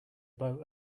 boat